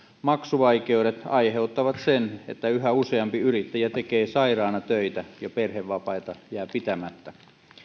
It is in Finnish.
maksuvaikeudet aiheuttavat sen että yhä useampi yrittäjä tekee sairaana töitä ja perhevapaita jää pitämättä